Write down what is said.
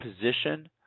position